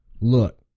look